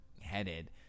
headed